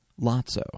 Lotso